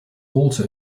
also